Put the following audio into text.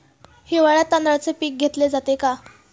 हिवाळ्यात तांदळाचे पीक घेतले जाते का?